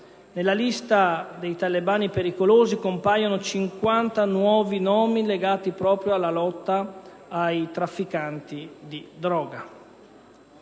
Nella lista dei talebani pericolosi compaiono 50 nuovi nomi, legati proprio alla lotta ai trafficanti di droga.